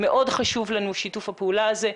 מאוד חשוב לנו שיתוף הפעולה הזה,